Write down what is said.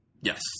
Yes